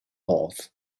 thoughts